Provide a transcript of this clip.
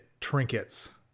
trinkets